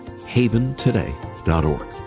haventoday.org